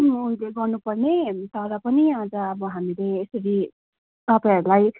ले गर्नुपर्ने तर पनि आज अब हामीले यसरी तपाईँहरूलाई